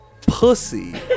pussy